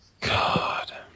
God